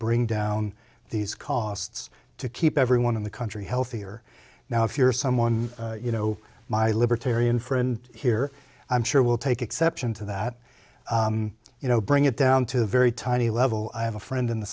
bring down these costs to keep everyone in the country healthier now if you're someone you know my libertarian friend here i'm sure will take exception to that you know bring it down to a very tiny level i have a friend in the